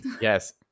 yes